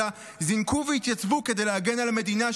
אלא זינקו והתייצבו כדי להגן על המדינה,